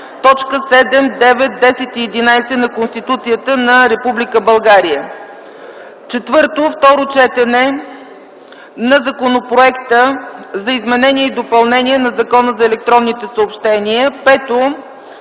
т. 7, 9, 10 и 11 на Конституцията на Република България. 4. Второ четене на Законопроекта за изменение и допълнение на Закона за електронните съобщения. 5.